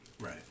Right